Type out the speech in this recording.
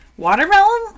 Watermelon